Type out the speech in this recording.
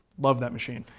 loved that machine.